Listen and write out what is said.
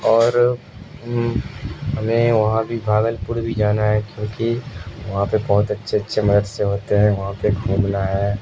اور ہمیں وہاں بھی بھاگل پور بھی جانا ہے کیونکہ وہاں پہ بہت اچھے اچھے مدرسے ہوتے ہیں وہاں پہ گھومنا ہے